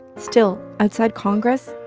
still, outside congress,